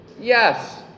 Yes